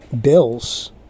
bills